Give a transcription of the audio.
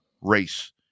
race